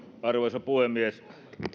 arvoisa puhemies